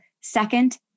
second